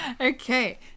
Okay